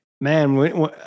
man